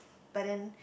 but then